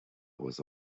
was